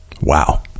Wow